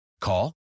Call